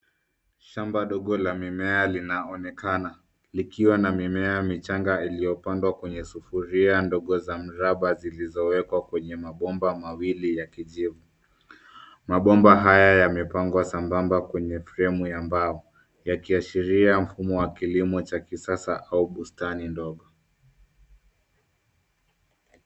Shamba ndogo la mimea linanaonekana likiwa na mimea michanga iliyopandwa kwenye sufuria ndogo za mraba zilizowekwa kwenye mabomba mawili ya kijivu. Mabomba haya yamepangwa sambamba kwenye fremu ya mbao, yakiashiria mfumo wa kilimo cha kisasa au bustani ndogo.